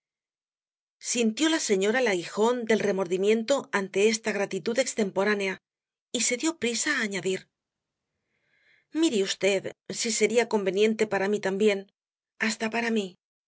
sintió la señora el aguijón del remordimiento ante esta gratitud extemporánea y se dió prisa á añadir mire v si sería conveniente para mí también hasta para mí